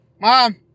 Mom